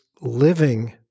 living